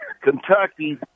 Kentucky